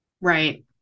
Right